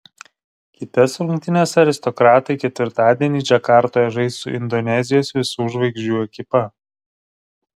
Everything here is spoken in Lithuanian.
kitas rungtynes aristokratai ketvirtadienį džakartoje žais su indonezijos visų žvaigždžių ekipa